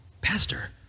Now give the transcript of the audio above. pastor